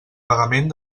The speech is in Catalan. pagament